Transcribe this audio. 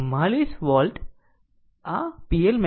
44 watt આ pLmax છે